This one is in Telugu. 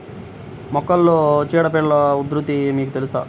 మొక్కలలో చీడపీడల ఉధృతి మీకు తెలుసా?